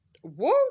Whoa